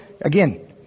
Again